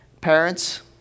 parents